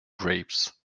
grapes